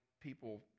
people